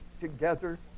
together